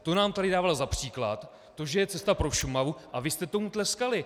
To nám tady dával za příklad, to že je cesta pro Šumavu, a vy jste tomu tleskali.